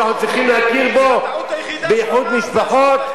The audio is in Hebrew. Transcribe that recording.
אנחנו צריכים להכיר בו באיחוד משפחות?